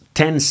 ten